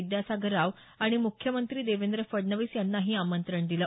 विद्यासागर राव आणि मुख्यमंत्री देवेंद्र फडणवीस यांनाही आमंत्रण दिलं